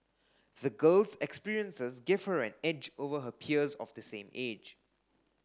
the girl's experiences gave her an edge over her peers of the same age